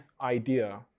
idea